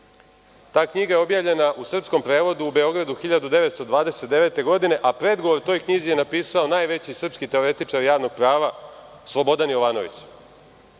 Ta knjiga je objavljena u srpskom prevodu u Beogradu 1929. godine, a predgovor toj knjizi je napisao najveći srpski teoretičar javnog prava Slobodan Jovanović.